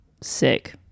sick